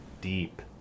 deep